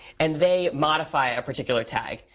and they modify a particular tag.